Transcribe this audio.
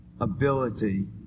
ability